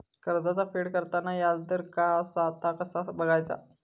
कर्जाचा फेड करताना याजदर काय असा ता कसा बगायचा?